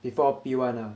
before P one lah